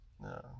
No